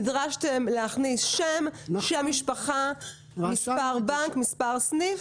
נדרשתם להחזיר שם, שם משפחה, מספר בנק, מספר סניף.